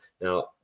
now